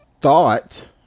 thought